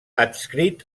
adscrit